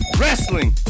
wrestling